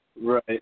Right